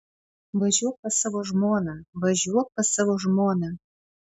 važiuok pas savo žmoną važiuok pas savo žmoną